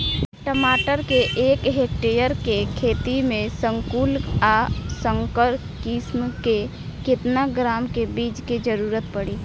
टमाटर के एक हेक्टेयर के खेती में संकुल आ संकर किश्म के केतना ग्राम के बीज के जरूरत पड़ी?